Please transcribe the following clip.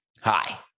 Hi